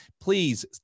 Please